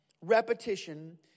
Repetition